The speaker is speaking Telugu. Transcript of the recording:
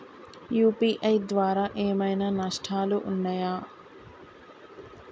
యూ.పీ.ఐ ద్వారా ఏమైనా నష్టాలు ఉన్నయా?